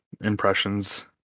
impressions